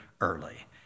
early